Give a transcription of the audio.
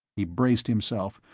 he braced himself,